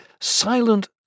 silent